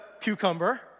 cucumber